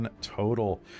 total